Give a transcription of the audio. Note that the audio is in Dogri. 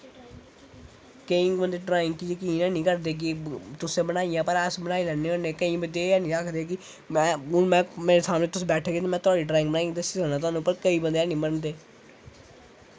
केईं बंदे ड्राईगं च जकीन हैनी करदे तुसें बनाई भला अस बनाई लैन्ने होन्ने केंई बंदे ऐ नी आखदे हून मेरे सामने तुस बैठगे ते मोें तोहाड़ी ड्राईंग बनाईयै दस्सी सकना तोहानू पर केईं बंदे हैनी मनदे